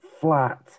flat